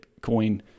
Bitcoin